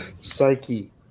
Psyche